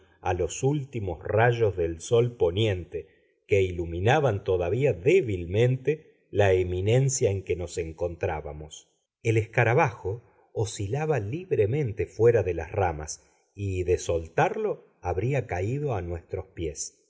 a los últimos rayos del sol poniente que iluminaban todavía débilmente la eminencia en que nos encontrábamos el escarabajo oscilaba libremente fuera de las ramas y de soltarlo habría caído a nuestros pies